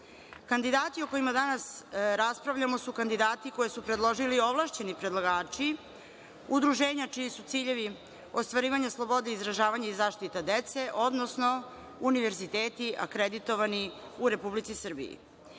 zakonom. Kandidati o kojima danas raspravljamo su kandidati koje su predložili ovlašćeni predlagači, udruženja čiji su ciljevi ostvarivanja slobode i izražavanja i zaštite dece, odnosno univerziteti akreditovani u Republici Srbiji.